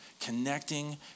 connecting